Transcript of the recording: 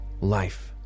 life